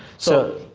so,